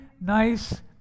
nice